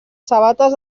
sabates